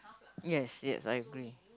yes yes I agree